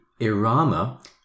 Irama